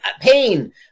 Pain